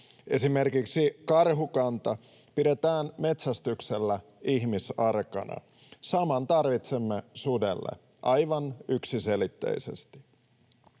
Esimerkiksi karhukanta pidetään metsästyksellä ihmisarkana. Saman tarvitsemme sudelle, aivan yksiselitteisesti.